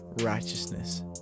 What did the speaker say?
righteousness